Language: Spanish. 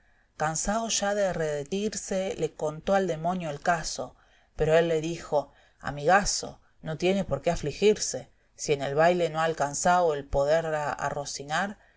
cansao ya de redetirse le contó al demonio el caso pero él le dijo amigaso no tiene por qué afligirse si en el baile no ha alcanzao el poderla arrocinar e